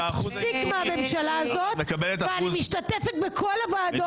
פסיק מהממשלה הזאת ואני משתתפת בכל הוועדות.